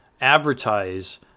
advertise